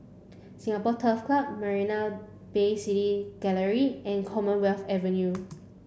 Singapore Turf Club Marina Bay City Gallery and Commonwealth Avenue